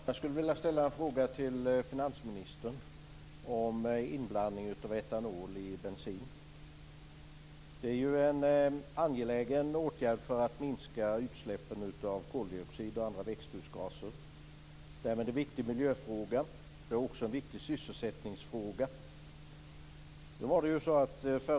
Fru talman! Jag skulle vilja ställa en fråga till finansministern om inblandning av etanol i bensin. Det är en angelägen åtgärd för att minska utsläppen av koldioxid och andra växthusgaser. Därmed är det en viktig miljöfråga. Det är också en viktig sysselsättningsfråga.